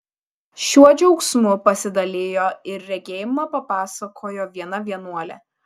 šiuo džiaugsmu pasidalijo ir regėjimą papasakojo viena vienuolė